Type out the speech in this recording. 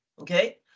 Okay